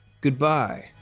Goodbye